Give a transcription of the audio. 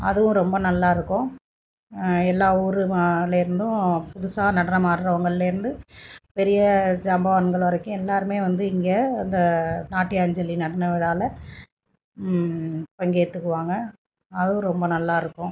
அதுவும் ரொம்ப நல்லாயிருக்கும் எல்லா ஊருகலேருந்தும் புதுசாக நடனம் ஆடுறவங்கள்லேருந்து பெரிய ஜாம்பவான்கள் வரைக்கும் எல்லோருமே வந்து இங்கே அந்த நாட்டியாஞ்சலி நடன விழாவில் பங்கேற்றுக்குவாங்க அதுவும் ரொம்ப நல்லா இருக்கும்